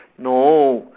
no